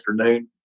afternoon